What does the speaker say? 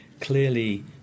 clearly